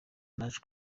naje